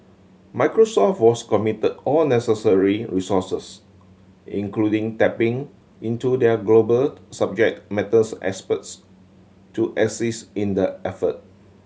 Microsoft was committed all necessary resources including tapping into their global subject matters experts to assist in the effort